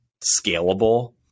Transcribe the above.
scalable